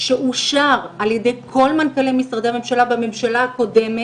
שאושר על ידי כל מנכ"לי משרדי הממשלה בממשלה הקודמת.